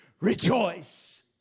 rejoice